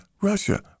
Russia